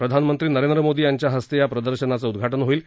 प्रधानमंत्री नरेंद्र मोदी यांच्या हस्ते या प्रदर्शनाचं उद्घाटन होणार आहे